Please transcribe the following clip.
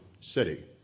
City